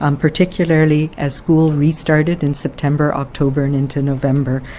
um particularly as school restarted in september, october and into november,